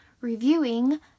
reviewing